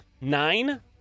Nine